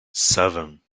seven